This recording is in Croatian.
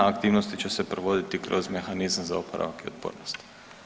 Aktivnosti će provoditi kroz mehanizam za oporavak i otpornost.